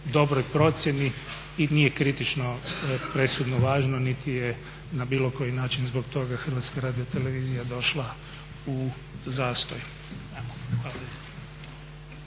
dobroj procjeni i nije kritično presudno važno niti je na bilo koji način zbog toga HRT došla u zastoj.